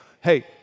hey